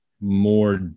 more